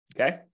Okay